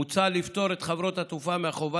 מוצע לפטור את חברות התעופה מהחובה